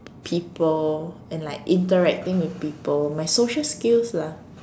people and like interacting with people my social skills lah